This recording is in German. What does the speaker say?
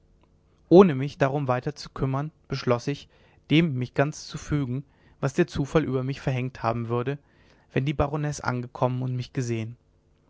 ohne mich darum weiter zu kümmern beschloß ich dem mich ganz zu fügen was der zufall über mich verhängt haben würde wenn die baronesse angekommen und mich gesehen